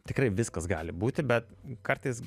tikrai viskas gali būti bet kartais